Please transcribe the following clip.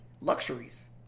luxuries